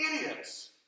idiots